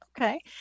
okay